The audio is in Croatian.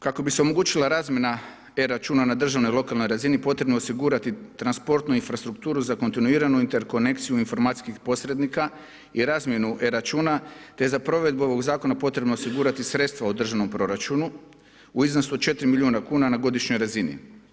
Kako bi se omogućila razmjena e-računa na državnoj i lokalnoj razini potrebno je osigurati transportnu infrastrukturu za kontinuiranu interkonekciju informacijskih posrednika i razmjenu e-računa te za provedbu ovoga zakona potrebno je osigurati sredstva u državnom proračunu u iznosu od 4 milijuna kuna na godišnjoj razini.